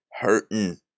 hurting